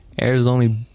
Arizona